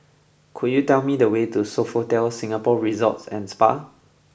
could you tell me the way to Sofitel Singapore Resort and Spa